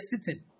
sitting